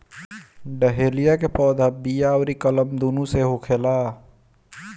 dahlia के पौधा बिया अउरी कलम दूनो से होखेला